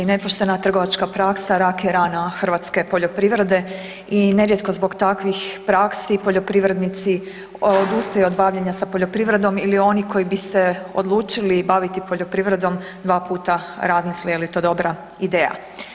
Nepoštena trgovačka praksa rak je rana hrvatske poljoprivrede i nerijetko zbog takvih praksi poljoprivrednici odustaju od bavljenja sa poljoprivredom ili oni koji bi se odlučili baviti poljoprivredom dva puta razmisle je li to dobra ideja.